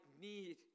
need